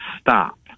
stop